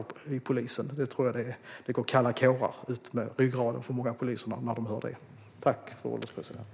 Jag tror att det går kalla kårar utmed ryggraden på många poliser när de hör det.